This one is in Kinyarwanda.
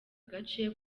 gace